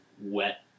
wet